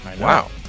Wow